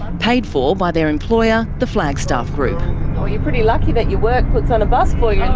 paid for by their employer, the flagstaff group. you're pretty lucky that your work puts on a bus for yeah